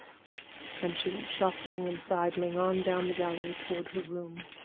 and she went shuffling and sidling on down the gallery toward her room.